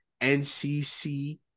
ncc